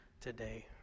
today